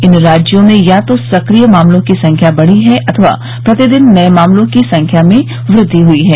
इन राज्यों में या तो सक्रिय मामलों की संख्या बढी है अथवा प्रतिदिन नये मामलों की संख्या में वृद्वि हुई है